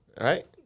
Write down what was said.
right